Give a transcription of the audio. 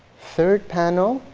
third panel,